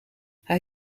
hij